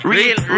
Real